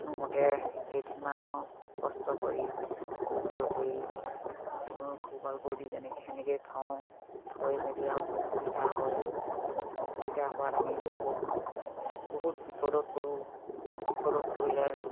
কোনোমতে কেইদিনমান আৰু কষ্ট কৰি পোহপাল কৰি পোহপাল কৰি যেনেকৈ সেনেকৈয়ে থওঁ থৈ মেলি আৰু অসুবিধা হয় অসুবিধা হোৱাত আমি বহুত বহুত বিপদত পৰোঁ বিপদত পৰিলে আমি